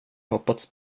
hoppats